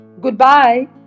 Goodbye